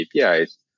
APIs